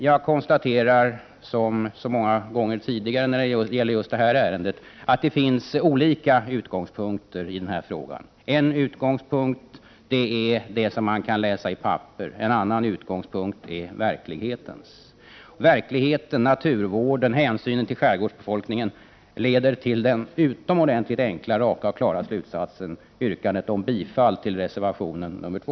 Jag konstaterar som så många gånger tidigare när det gäller just detta ärende att det finns olika utgångspunkter i denna fråga. En utgångspunkt är den som man kan läsa i papper, en annan utgångspunkt är verkligheten. Verkligheten, naturvården, hänsynen till skärgårdsbefolkningen leder till den utomordentligt enkla, raka och klara slutsatsen: Ett yrkande om bifall till reservation 2.